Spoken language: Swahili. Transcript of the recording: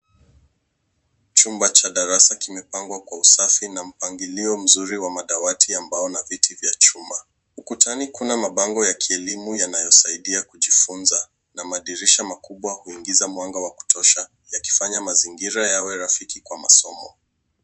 Chumba cha darasa kimepangwa kwa usafi na mpangilio mzuri wa madawati ya mbao na viti vya chuma. Ukutani kuna mabango ya kielimu yanayosaidia kujifunza na madirisha makubwa huingiza mwanga wa kutosha yakifanya mazingira yawe rafiki kwa masomo.